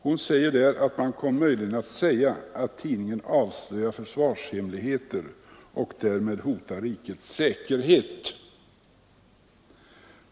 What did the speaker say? Fru Hofsten anför: ”Man kommer möjligen att säga, att tidningen avslöjar försvarshemligheter och därmed hotar rikets säkerhet.